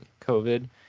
COVID